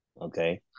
okay